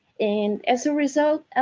and as a result,